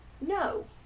No